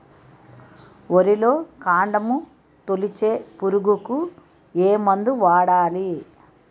వరిలో కాండము తొలిచే పురుగుకు ఏ మందు వాడాలి?